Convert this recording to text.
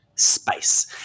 space